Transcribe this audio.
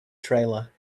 trailer